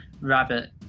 Rabbit